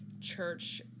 church